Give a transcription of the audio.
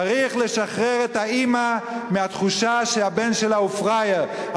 צריך לשחרר את האמא מהתחושה שהבן שלה הוא פראייר.